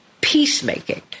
peacemaking